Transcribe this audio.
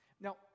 Now